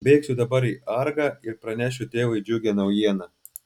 bėgsiu dabar į argą ir pranešiu tėvui džiugią naujieną